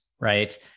right